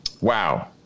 wow